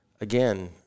again